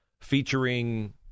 featuring